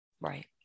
right